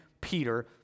Peter